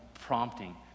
prompting